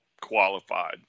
qualified